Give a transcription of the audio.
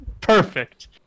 Perfect